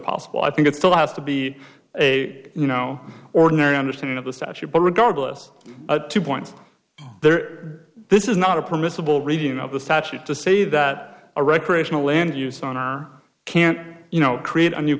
possible i think it still has to be a you know ordinary understanding of the statute but regardless to point there this is not a permissible reading of the statute to say that a recreational land use on or can't you know create a new